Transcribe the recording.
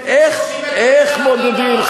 איך מודדים?